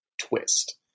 twist